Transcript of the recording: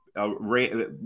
rate